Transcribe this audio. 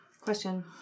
Question